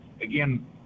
again